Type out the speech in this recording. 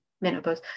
menopause